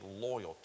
loyalty